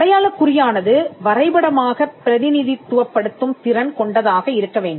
அடையாளக் குறியானது வரைபடமாகப் பிரதிநிதித்துவப்படுத்தும் திறன் கொண்டதாக இருக்க வேண்டும்